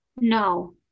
No